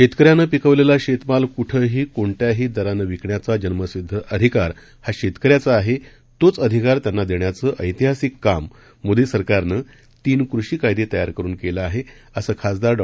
शेतकऱ्यानं पिकवलेला शेतमाल कुठंही कोणत्याही दरानं विकण्याचा जन्मसिध्द अधिकार हा शेतकऱ्याचा आहे तोच अधिकार त्यांना देण्याचं ऐतिहासिक काम मोदी सरकारनं तीन कृषी कायदे तयार करुन केलं आहे असं खासदार डॉ